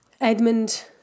Edmund